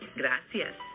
gracias